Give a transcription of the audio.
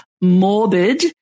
Morbid